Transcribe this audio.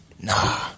Nah